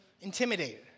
intimidated